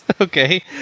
Okay